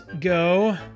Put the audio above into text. go